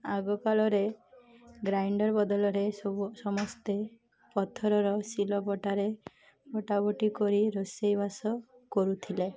ଆଗକାଳରେ ଗ୍ରାଇଣ୍ଡର୍ ବଦଳରେ ସବୁ ସମସ୍ତେ ପଥରର ଶିଳବଟାରେ ବଟା ବଟି କରି ରୋଷେଇବାସ କରୁଥିଲେ